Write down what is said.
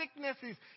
sicknesses